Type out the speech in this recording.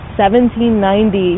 1790